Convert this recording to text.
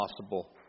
possible